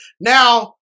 Now